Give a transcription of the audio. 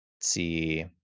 see